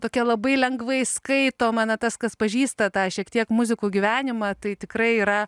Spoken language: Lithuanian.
tokia labai lengvai skaitoma na tas kas pažįsta tą šiek tiek muzikų gyvenimą tai tikrai yra